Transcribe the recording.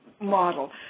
model